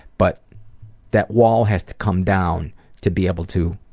but that wall has to come down to be able to